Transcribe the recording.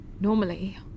Normally